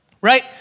right